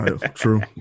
True